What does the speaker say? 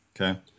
Okay